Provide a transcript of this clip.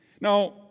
Now